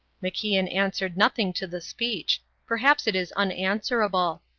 macian answered nothing to the speech perhaps it is unanswerable.